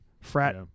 frat